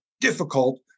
difficult